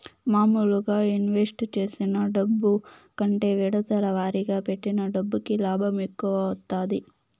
మాములుగా ఇన్వెస్ట్ చేసిన డబ్బు కంటే విడతల వారీగా పెట్టిన డబ్బుకి లాభం ఎక్కువ వత్తాది